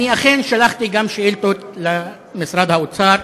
אני אכן הפניתי שאילתות גם למשרד האוצר,